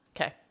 Okay